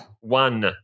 one